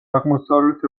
აღმოსავლეთ